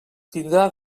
tindrà